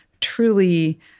truly